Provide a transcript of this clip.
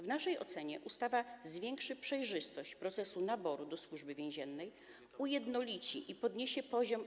W naszej ocenie ustawa zwiększy przejrzystość procesu naboru do Służby Więziennej, ujednolici i podniesie poziom.